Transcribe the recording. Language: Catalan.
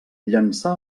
llançà